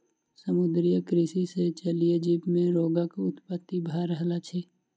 समुद्रीय कृषि सॅ जलीय जीव मे रोगक उत्पत्ति भ रहल अछि